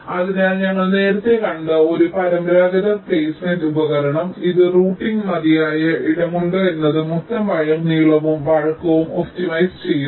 അതിനാൽ ഞങ്ങൾ നേരത്തെ കണ്ട ഒരു പരമ്പരാഗത പ്ലെയ്സ്മെന്റ് ഉപകരണം ഇത് റൂട്ടിംഗിന് മതിയായ ഇടമുണ്ടോ എന്നത് മൊത്തം വയർ നീളവും വഴക്കവും ഒപ്റ്റിമൈസ് ചെയ്യുന്നു